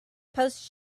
post